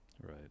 right